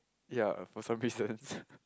ya for some reasons